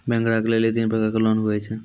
Bank ग्राहक के लेली तीन प्रकर के लोन हुए छै?